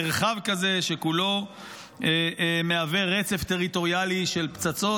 מרחב כזה שכולו מהווה רצף טריטוריאלי של פצצות,